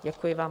Děkuji vám.